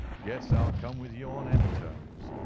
guess i'll come with you on any terms,